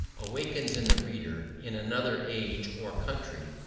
awakens in the reader, in another age or country,